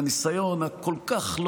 והניסיון הכל-כך,